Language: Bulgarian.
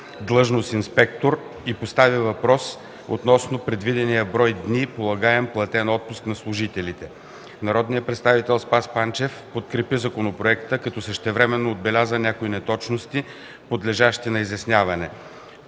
длъжност „инспектор” и постави въпрос относно предвидения брой дни полагаем платен отпуск на служителите. Народният представител Спас Панчев подкрепи законопроекта, като същевременно отбеляза някои неточности, подлежащи на изясняване.